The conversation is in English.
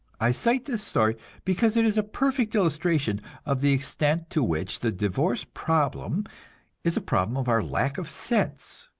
i cite this story because it is a perfect illustration of the extent to which the divorce problem is a problem of our lack of sense.